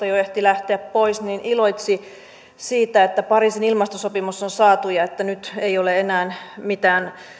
jo ehti lähteä pois iloitsi siitä että pariisin ilmastosopimus on saatu ja että nyt ei ole enää mitään